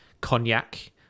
cognac